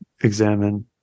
examine